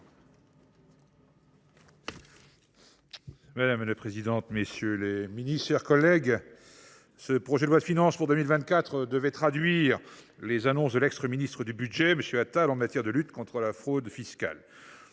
Madame la présidente, messieurs les ministres, mes chers collègues, ce projet de loi de finances pour 2024 devait concrétiser les annonces de l’ancien ministre du budget, M. Gabriel Attal, en matière de lutte contre la fraude fiscale.